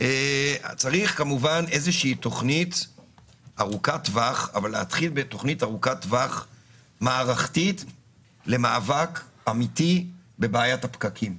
איזו שהיא תכנית מערכתית וארוכת טווח למאבק אמיתי בבעיית הפקקים.